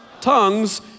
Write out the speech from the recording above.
tongues